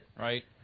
right